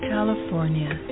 California